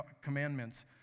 commandments